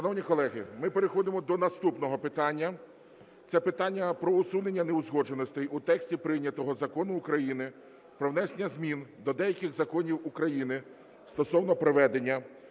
місця. Шановні колеги, ми переходимо до наступного питання – це питання про усунення неузгодженостей в тексті прийнятого Закону України про внесення змін до деяких законів України стосовно приведення